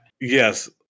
yes